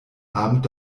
abend